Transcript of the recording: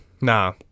nah